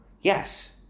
yes